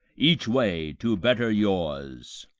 each way, to better yours.